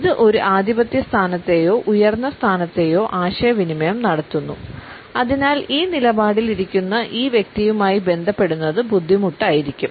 ഇത് ഒരു ആധിപത്യസ്ഥാനത്തെയോ ഉയർന്ന സ്ഥാനത്തെയോ ആശയവിനിമയം നടത്തുന്നു അതിനാൽ ഈ നിലപാടിൽ ഇരിക്കുന്ന ഈ വ്യക്തിയുമായി ബന്ധപ്പെടുന്നത് ബുദ്ധിമുട്ടായിരിക്കും